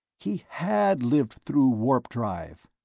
he had lived through warp-drive!